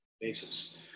basis